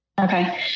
Okay